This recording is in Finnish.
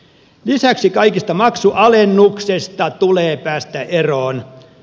lisäksi kaikista maksualennuksista tulee päästä eroon